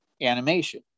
animation